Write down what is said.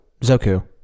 Zoku